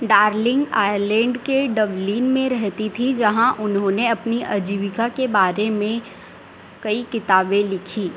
darling Ireland के Dublin में रहती थीं जहाँ उन्होंने अपनी आजीविका के बारे में कई किताबें लिखीं